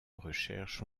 recherche